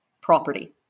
property